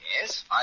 Yes